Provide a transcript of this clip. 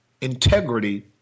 integrity